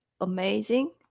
amazing